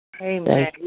Amen